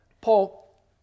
Paul